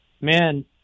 man